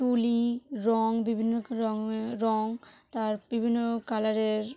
তুলি রঙ বিভিন্ন রকমের রঙ তার বিভিন্ন কালারের